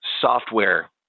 software